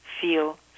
feel